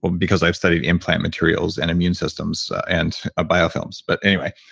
because i've studied implant materials and immune systems and ah biofilms but anyway,